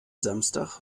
samstag